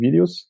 videos